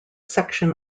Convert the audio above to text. section